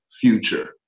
future